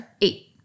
Eight